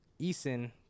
Eason